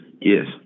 Yes